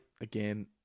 Again